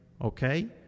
okay